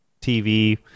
TV